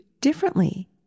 differently